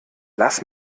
lass